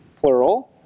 plural